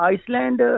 Iceland